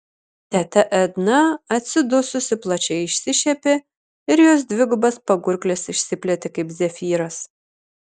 teta edna atsidususi plačiai išsišiepė ir jos dvigubas pagurklis išsiplėtė kaip zefyras